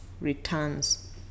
returns